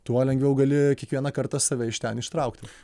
tuo lengviau gali kiekvieną kartą save iš ten ištraukti